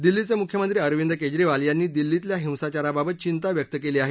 दिल्लीचे मुख्यमंत्री अरविंद केजरीवाल यांनी दिल्लीतल्या हिंसाचाराबाबत चिंता व्यक्त केली आहे